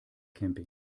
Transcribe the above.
camping